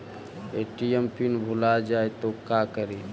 ATM PIN भुला जाए तो का करी?